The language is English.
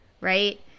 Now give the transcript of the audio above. right